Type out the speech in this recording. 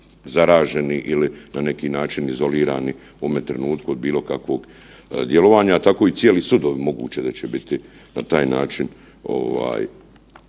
zaraženi ili na neki način izolirani u ovome trenutku od bilo kakvog djelovanja, a tako i cijeli sudovi moguće da će biti na taj način